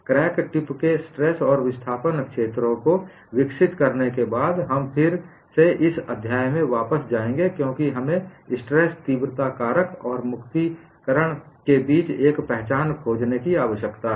crack tip के stress और विस्थापन क्षेत्रों को विकसित करने के बाद हम फिर से इस अध्याय में वापस आएंगे क्योंकि हमें स्ट्रेस तीव्रता कारक और ऊर्जा मुक्तिकरण दर के बीच एक पहचान खोजने की आवश्यकता है